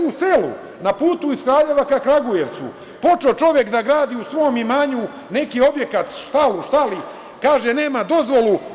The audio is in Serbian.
U selu, na putu iz Kraljeva ka Kragujevcu, počeo čovek da gradi u svom imanju neki objekat, štalu, šta li, kaže – nema dozvolu.